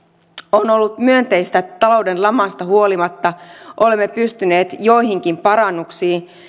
on ollut myönteistä talouden lamasta huolimatta että olemme pystyneet joihinkin parannuksiin